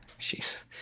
Jeez